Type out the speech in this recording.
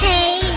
Hey